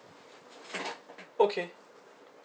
okay